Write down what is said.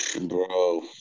Bro